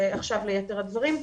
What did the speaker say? ועכשיו ליתר הדברים.